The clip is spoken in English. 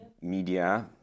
media